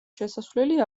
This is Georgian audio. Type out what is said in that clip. შესასვლელი